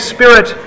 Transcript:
Spirit